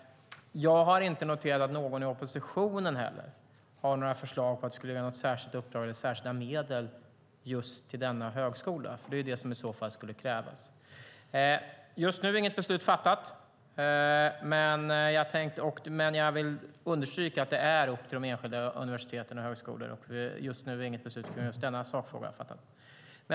Jag har inte noterat att någon i oppositionen heller har några förslag på att ge särskilda uppdrag eller särskilda medel just till denna högskola. Det är det som i så fall skulle krävas. Inget beslut är fattat, men jag vill understryka att det är upp till de enskilda högskolorna och universiteten att fatta beslut. Just nu finns som sagt inget beslut fattat i sakfrågan.